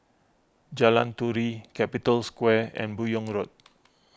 Jalan Turi Capital Square and Buyong Road